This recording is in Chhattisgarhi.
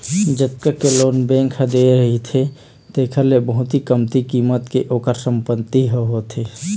जतका के लोन बेंक ह दे रहिथे तेखर ले बहुत कमती कीमत के ओखर संपत्ति ह होथे